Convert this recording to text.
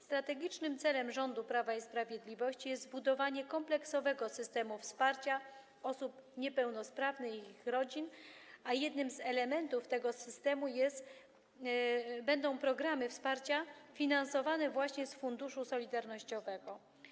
Strategicznym celem rządu Prawa i Sprawiedliwości jest zbudowanie kompleksowego systemu wsparcia osób niepełnosprawnych i ich rodzin, a jednym z elementów tego systemu będą programy wsparcia finansowane z funduszu solidarnościowego.